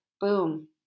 boom